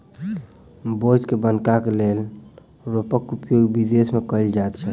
बोझ के बन्हबाक लेल रैपरक उपयोग विदेश मे कयल जाइत छै